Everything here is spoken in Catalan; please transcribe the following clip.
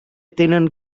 tenen